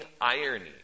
irony